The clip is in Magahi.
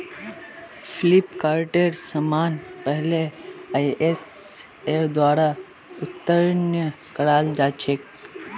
फ्लिपकार्टेर समान पहले आईएसओर द्वारा उत्तीर्ण कराल जा छेक